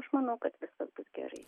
aš manau kad viskas bus gerai